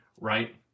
right